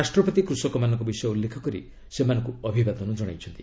ରାଷ୍ଟ୍ରପତି କ୍ଷକମାନଙ୍କ ବିଷୟ ଉଲ୍ଲେଖ କରି ସେମାନଙ୍କୁ ଅଭିବାଦନ ଜଣାଇଛନ୍ତି